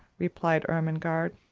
replied ermengarde.